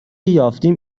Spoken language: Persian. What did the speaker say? یافتیم